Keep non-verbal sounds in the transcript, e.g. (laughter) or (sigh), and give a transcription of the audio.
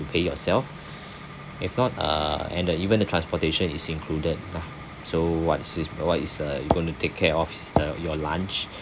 to pay yourself (breath) if not uh and uh even the transportation is included lah so what it is uh what is uh you going to take care of is the your lunch